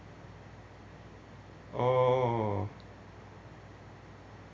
orh